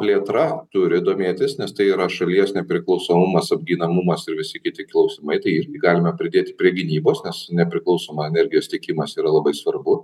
plėtra turi domėtis nes tai yra šalies nepriklausomumas apginamumas ir visi kiti klausimai tai irgi galime pridėti prie gynybos nes nepriklausoma energijos tiekimas yra labai svarbu